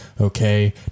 okay